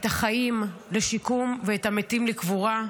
את החיים לשיקום ואת המתים לקבורה.